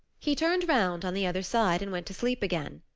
he turned round on the other side and went to sleep again.